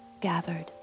gathered